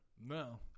No